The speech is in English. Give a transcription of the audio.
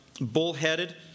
bullheaded